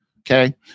okay